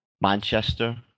Manchester